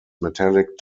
metallic